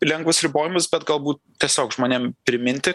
lengvus ribojimus bet galbūt tiesiog žmonėm priminti